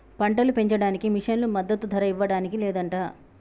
పంటలు పెంచడానికి మిషన్లు మద్దదు ధర ఇవ్వడానికి లేదంట